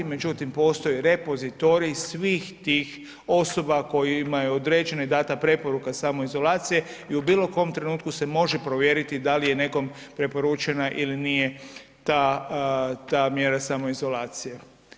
Međutim, postoji repozitorij svih tih osoba kojima je određena i dana preporuka samoizolacije i u bilo kom trenutku se može provjeriti da li je nekom preporučena ili nije ta mjera samoizolacije.